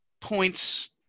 points